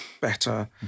better